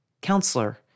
Counselor